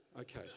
Okay